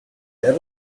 there